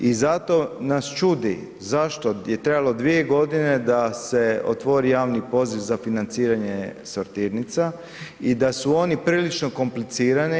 I zato nas čudi zašto je trebalo 2 godine da se otvori javni poziv za financiranje sortirnica i da su one prilično komplicirane.